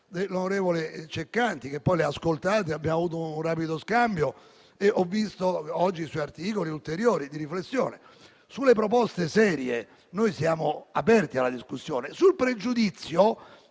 dell'onorevole Ceccanti, che poi le ha ascoltate, abbiamo avuto un rapido scambio e oggi ho visto i suoi ulteriori articoli di riflessione. Sulle proposte serie noi siamo aperti alla discussione. Il pregiudizio